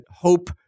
hope